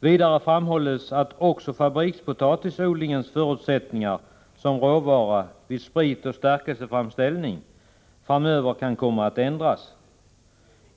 Vidare framhålls att också fabrikspotatisodlingens förutsättningar — då det gäller råvaran — vid spritoch stärkelseframställning kan komma att ändras framöver.